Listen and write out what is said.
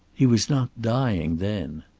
he was not dying then.